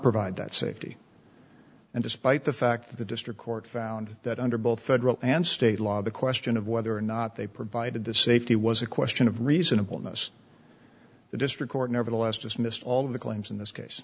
provide that safety and despite the fact that the district court found that under both federal and state law the question of whether or not they provided the safety was a question of reasonable notice the district court nevertheless dismissed all of the claims in this case